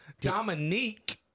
Dominique